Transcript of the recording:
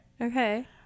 Okay